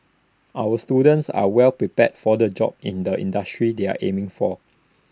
our students are well prepared for the jobs in the industries they are aiming for